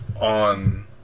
on